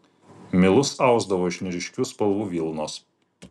milus ausdavo iš neryškių spalvų vilnos